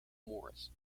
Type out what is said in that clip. morris